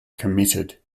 committed